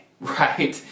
right